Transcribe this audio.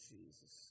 Jesus